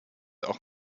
auch